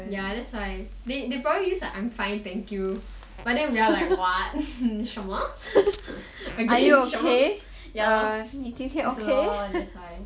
ya that's why they probably use like I'm fine thank you but then we are like what 什么 again 什么 you're welcome thanks a lot that's why